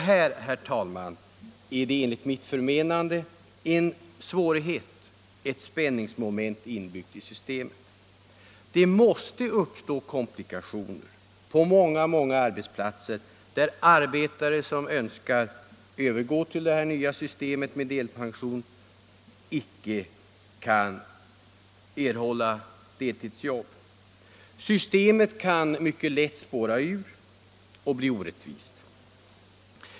Här, herr talman, finns enligt mitt förmenande en svårighet, ett spänningsmoment inbyggt i systemet. Det måste uppstå komplikationer på många arbetsplatser, där arbetare som önskar övergå till det nya systemet med delpension inte kan erhålla deltidsjobb. Systemet kan mycket lätt spåra ur och bli orättvist.